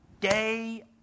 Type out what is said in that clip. day